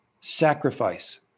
sacrifice